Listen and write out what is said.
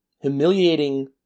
humiliating